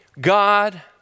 God